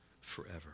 forever